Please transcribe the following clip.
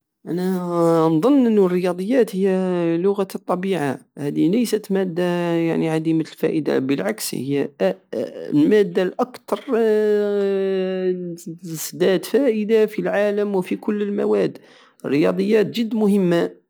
انا نضن انو الرياضيات هي لغة الطبيعة هدي ليست مادة يعني عديمة الفائدة بالعكس هي المادة الاكتر دات فائدة في العالم وفي كل المواد الرياضيات جد مهمة